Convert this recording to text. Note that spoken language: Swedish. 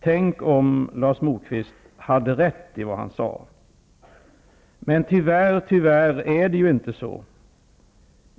Tänk om Lars Moquist hade rätt i vad han sade! Men tyvärr är det inte så.